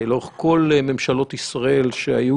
לאורך כל ממשלות ישראל שהיו,